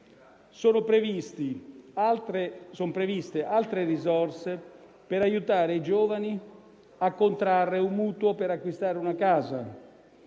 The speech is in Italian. sono previste altre risorse per aiutare i giovani a contrarre un mutuo per acquistare una casa